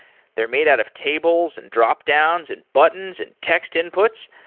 they're made out of tables and dropdowns and buttons and text inputs.